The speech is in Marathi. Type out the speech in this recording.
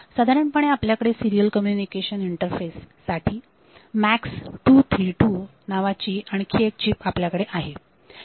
साधारणपणे आपल्याकडे सिरीयल कम्युनिकेशन इंटरफेस साठी MAX232 या नावाची आणखी एक चीप आपल्याकडे आहे